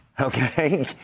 Okay